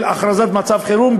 של הכרזת מצב חירום,